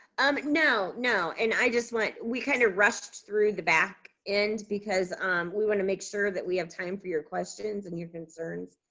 um no, and i just went, we kind of rushed through the back end because we wanna make sure that we have time for your questions and your concerns.